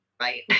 Right